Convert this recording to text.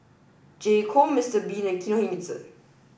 J Co Mister bean and Kinohimitsu